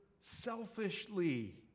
selfishly